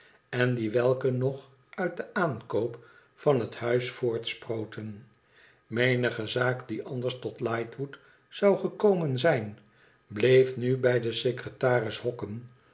en die welke nog uit den aankoop van het huis voortsproten menige zaak die anders tot lightwood zou gekomen zijn bleef nu bij den secretaris hokken